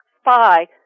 Spy